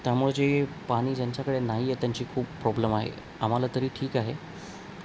त्यामुळे जे पाणी ज्यांच्याकडे नाही आहे त्यांची खूप प्रॉब्लेम आहे आम्हाला तरी ठीक आहे